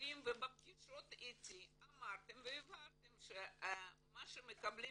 מכירים ובפגישות איתי אמרתם והבהרתם שמה שמקבלים